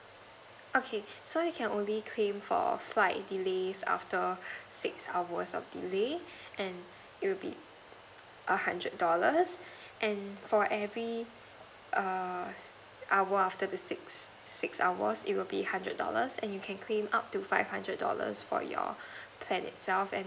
okay so you can only claim for flight delays after six hours of delay and it will be a hundred dollars and for every err hour after the six six hour it will be hundred dollars and you can claim up to five hundred dollars for your plan itself and